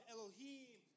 Elohim